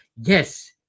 yes